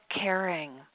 caring